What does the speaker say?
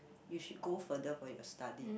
you should go further for your study